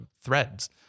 threads